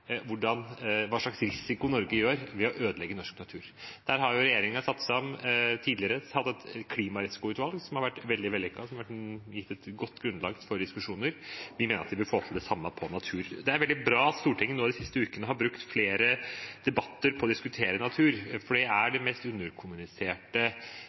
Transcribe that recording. risiko det innebærer for Norge å ødelegge norsk natur. Regjeringen har tidligere satt sammen et klimarisikoutvalg, som har vært veldig vellykket og gitt et godt grunnlag for diskusjoner. Vi mener at vi bør få til det samme for natur. Det er veldig bra at Stortinget nå de siste ukene har brukt flere debatter på å diskutere natur, for det er